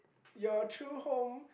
your true home